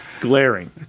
Glaring